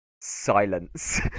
silence